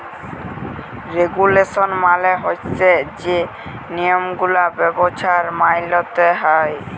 regulation মালে হছে যে লিয়মগুলা ব্যবছায় মাইলতে হ্যয়